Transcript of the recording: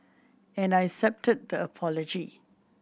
and I accepted the apology